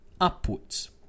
upwards